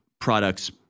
products